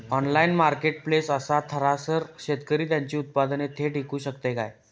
Online marketplace असा थयसर शेतकरी त्यांची उत्पादने थेट इकू शकतत काय?